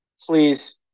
please